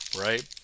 right